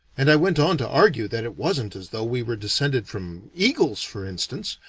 and i went on to argue that it wasn't as though we were descended from eagles for instance,